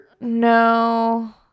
No